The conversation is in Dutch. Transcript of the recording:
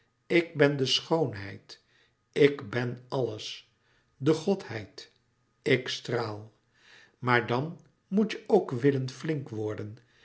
ik ben de schoonheid ik ben alles de godheid ik straal maar dan moet je ook willen flink worden